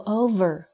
over